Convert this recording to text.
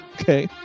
Okay